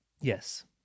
Yes